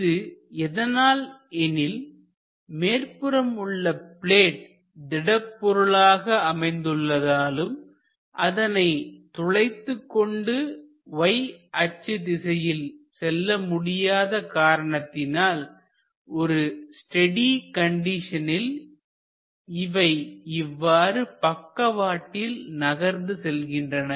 இது எதனால் எனில்மேற்புறம் உள்ள ப்ளேட் திடப்பொருளாக அமைந்துள்ளதாலும் அதனை துளைத்துக்கொண்டு y அச்சு திசையில் செல்ல முடியாத காரணத்தினால் ஒரு ஸ்டெடி கண்டிஷனில் இவை இவ்வாறு பக்கவாட்டில் நகர்ந்து செல்கின்றன